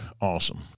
Awesome